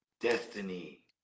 Destiny